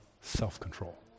self-control